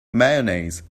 mayonnaise